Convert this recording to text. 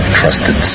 trusted